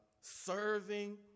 serving